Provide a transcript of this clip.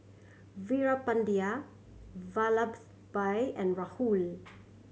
Veerapandiya Vallabhbhai and Rahul